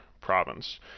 province